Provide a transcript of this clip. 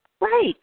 Right